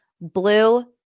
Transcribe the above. blue